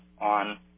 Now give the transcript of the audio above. on